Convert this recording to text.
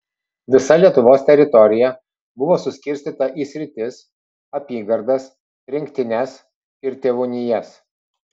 visa lietuvos teritorija buvo suskirstyta į sritis apygardas rinktines ir tėvūnijas